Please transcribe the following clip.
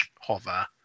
hover